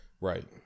Right